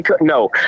no